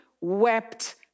wept